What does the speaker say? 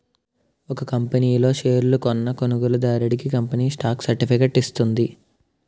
ఒక కంపనీ లో షేర్లు కొన్న కొనుగోలుదారుడికి కంపెనీ స్టాక్ సర్టిఫికేట్ ఇస్తుంది